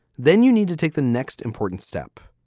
then you need to take the next important step.